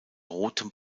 rotem